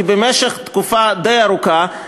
כי במשך תקופה די ארוכה,